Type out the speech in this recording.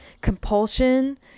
compulsion